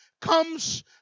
comes